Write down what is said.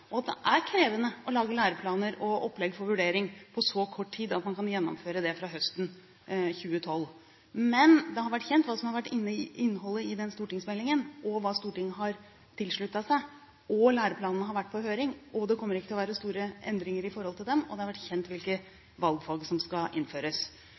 det er krevende å lage læreplaner og opplegg for vurderinger på så kort tid at man kan gjennomføre det fra høsten 2012. Men det har vært kjent hva som er innholdet i stortingsmeldingen, hva Stortinget har sluttet seg til, læreplanene har vært på høring – det kommer ikke til å være store endringer når det gjelder dem – og det har vært kjent